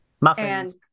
Muffins